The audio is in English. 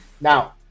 Now